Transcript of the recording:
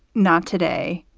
not today,